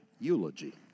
eulogy